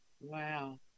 Wow